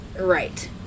Right